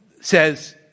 says